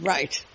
Right